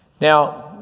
Now